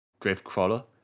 Gravecrawler